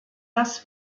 das